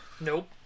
Nope